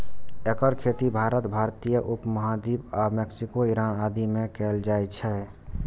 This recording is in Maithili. एकर खेती भारत, भारतीय उप महाद्वीप आ मैक्सिको, ईरान आदि मे कैल जाइ छै